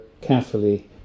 carefully